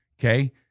okay